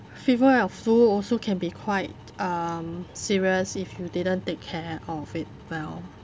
fever or flu also can be quite um serious if you didn't take care of it well